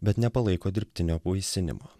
bet nepalaiko dirbtinio apvaisinimo